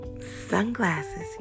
sunglasses